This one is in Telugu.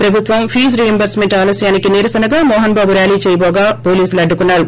ప్రభుత్వం ఫీజ్ రీయింబర్స్ మెంట్ ఆలస్యాని కి నిరసనగా మోహన్బాబు ర్యాలీ చేయబోగా పోలీసులు అడ్సుకున్నారు